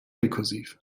rekursiv